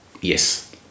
Yes